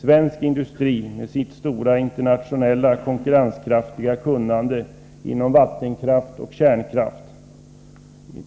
Svensk industri med sitt stora internationella konkurrenskraftiga kunnande beträffande vattenkraft och kärnkraft,